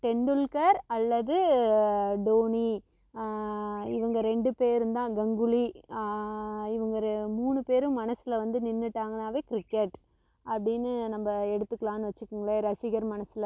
டெண்டுல்கர் அல்லது டோனி இவங்க ரெண்டு பேரும்தான் கங்குலி இவங்க மூணு பேரும் மனசில் வந்து நின்னுவிட்டாங்கனாவே கிரிக்கெட் அப்படின்னு நம்ம எடுத்துக்கலாம்னு வெச்சுக்கங்களேன் ரசிகர் மனசில்